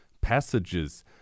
passages